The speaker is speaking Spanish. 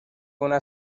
una